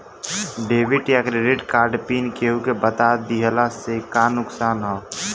Debit या credit card pin केहूके बता दिहला से का नुकसान ह?